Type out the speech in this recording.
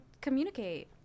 communicate